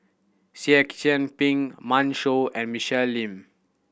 Seah Kian Peng Pan Shou and Michelle Lim